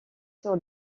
sur